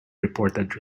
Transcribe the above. reported